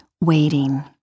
waiting